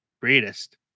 Greatest